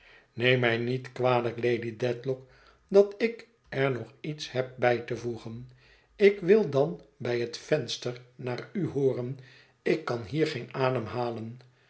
neem mij niet kwalijk lady dedlock dat ik er nog iets heb bij te voegen ik wil dan bij het venster naar u hooren ik kan hier geen